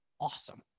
awesome